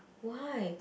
why